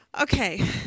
Okay